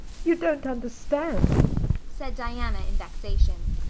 you don't understand, said diana in vexation.